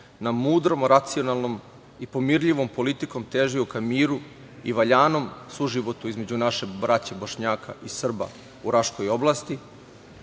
na mudrom, racionalnom i pomirljivom politikom težio ka miru i valjanom suživotu između naše braće Bošnjaka i Srba u Raškoj oblasti,